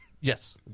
Yes